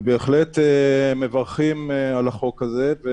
ובהחלט מברכים על החוק הזה.